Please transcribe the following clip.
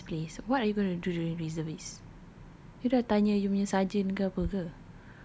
in the first place what are you going to do during reservist you dah tanya you punya sergeant ke apa ke